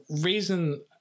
reason